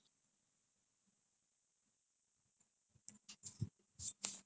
I mean hindi is fine you can like learn you can learn from like the movie also [what]